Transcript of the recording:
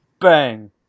Bang